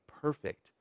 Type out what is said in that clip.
perfect